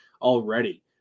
already